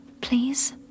Please